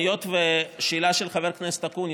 היות שהשאלה של חבר הכנסת אקוניס,